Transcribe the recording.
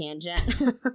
tangent